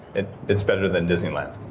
and it's better than disney land